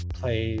play